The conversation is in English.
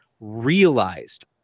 realized